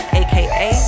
aka